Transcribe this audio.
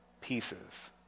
pieces